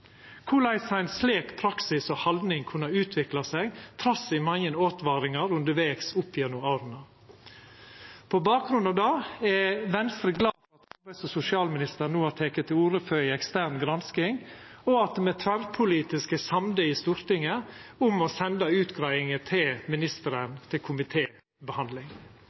Korleis har ein slik praksis og ei slik haldning kunna utvikla seg trass i mange åtvaringar undervegs opp gjennom åra? På bakgrunn av det er Venstre glad for at sosialministeren no har teke til orde for ei ekstern gransking, og at me tverrpolitisk i Stortinget er samde om å senda utgreiinga til ministeren til